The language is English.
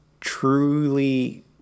truly